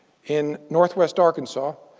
in northwest arkansas,